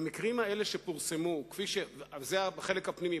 זה החלק הפנימי.